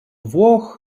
włoch